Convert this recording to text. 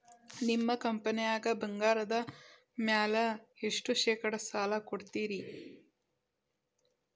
ನಿಮ್ಮ ಕಂಪನ್ಯಾಗ ಬಂಗಾರದ ಮ್ಯಾಲೆ ಎಷ್ಟ ಶೇಕಡಾ ಸಾಲ ಕೊಡ್ತಿರಿ?